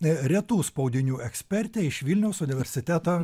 retų spaudinių ekspertė iš vilniaus universiteto